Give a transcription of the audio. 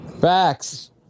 Facts